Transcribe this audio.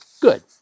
Good